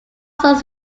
songs